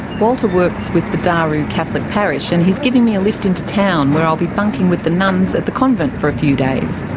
walter works with the daru catholic parish, and he's giving me a lift into town where i'll be bunking with the nuns at the convent for a few days.